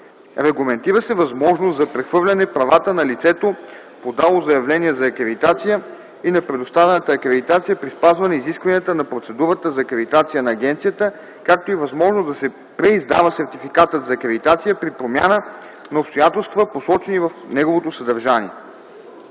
Регламентира се възможност за прехвърляне правата на лицето, подало заявление за акредитация, и на предоставената акредитация при спазване изискванията на процедурата за акредитация на агенцията, както и възможност да се преиздава сертификатът за акредитация при промяна на обстоятелства, посочени в неговото съдържание.